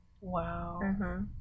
Wow